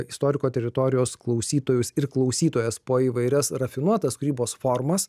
istoriko teritorijos klausytojus ir klausytojas po įvairias rafinuotas kūrybos formas